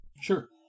Sure